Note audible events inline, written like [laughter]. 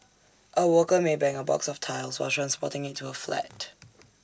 A worker may bang A box of tiles while transporting IT to A flat [noise]